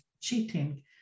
cheating